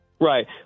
Right